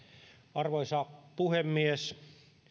arvoisa puhemies